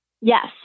yes